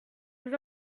vous